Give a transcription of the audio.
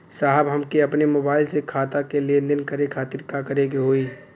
साहब हमके अपने मोबाइल से खाता के लेनदेन करे खातिर का करे के होई?